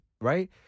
right